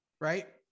right